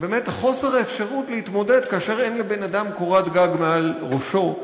באמת חוסר האפשרות להתמודד כאשר אין לבן אדם קורת גג מעל ראשו,